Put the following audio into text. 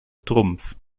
trumpf